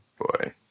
boy